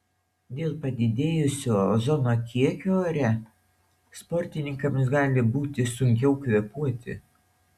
dėl padidėjusio ozono kiekio ore sportininkams gali būti sunkiau kvėpuoti